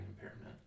impairment